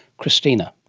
christina.